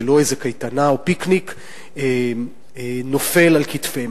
זה לא איזה קייטנה או פיקניק נופל על כתפיהם.